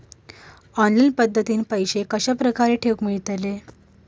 Online पद्धतीन पैसे कश्या प्रकारे ठेऊक मेळतले काय?